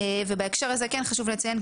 בהקשר הזה כן חשוב לציין,